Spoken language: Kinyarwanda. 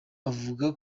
avuga